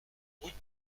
route